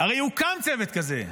הרי הוקם צוות כזה.